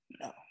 No